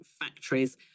factories